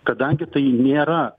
kadangi tai nėra